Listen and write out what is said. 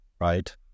right